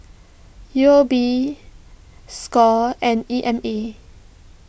U O B Score and E M A